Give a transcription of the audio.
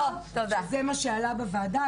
שזה מה שעלה בוועדה.